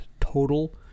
total